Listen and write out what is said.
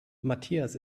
matthias